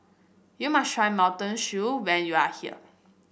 you must try Mutton Stew when you are here